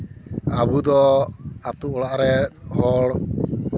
ᱟᱵᱚᱫᱚ ᱟᱹᱛᱩ ᱚᱲᱟᱜ ᱨᱮᱱ ᱦᱚᱲ